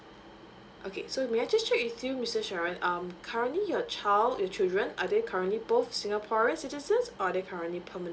okay so may I just check with you mrs sharon um currently your child your children are they currently both singaporeans citizens or they currently permenant